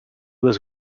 was